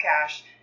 cash